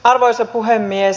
arvoisa puhemies